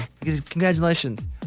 Congratulations